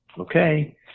Okay